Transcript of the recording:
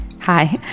Hi